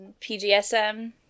pgsm